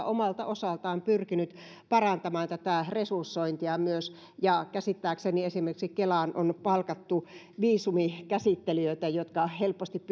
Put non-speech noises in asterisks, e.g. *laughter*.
*unintelligible* omalta osaltaan pyrkinyt parantamaan myös tätä resursointia ja käsittääkseni esimerkiksi kelaan on palkattu viisumikäsittelijöitä jotka helposti *unintelligible*